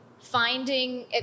finding